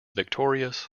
victorious